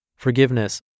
Forgiveness